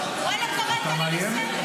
לא קראת אותי לסדר.